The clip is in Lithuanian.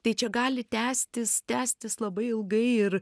tai čia gali tęstis tęstis labai ilgai ir